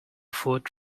food